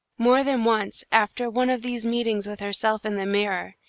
more than once, after one of these meetings with herself in the mirror,